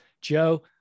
Joe